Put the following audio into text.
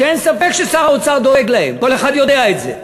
שאין ספק ששר האוצר דואג להם, כל אחד יודע את זה.